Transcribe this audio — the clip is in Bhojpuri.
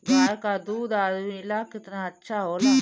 गाय का दूध आदमी ला कितना अच्छा होला?